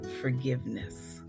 forgiveness